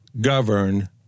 govern